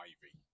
Ivy